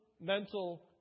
mental